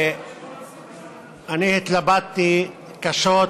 אני התלבטתי קשות